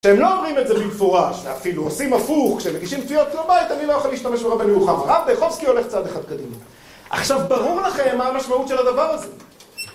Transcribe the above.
כשהם לא אומרים את זה במפורש, ואפילו עושים הפוך, כשהם מגישים תביעות גלובלית, אני לא יכול להשתמש ברבי ירוחם. הרב דייחובסקי הולך צעד אחד קדימה. עכשיו ברור לכם מה המשמעות של הדבר הזה?